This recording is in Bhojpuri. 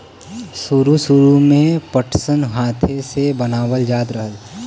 सुरु सुरु में पटसन हाथे से बनावल जात रहल